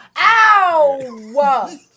Ow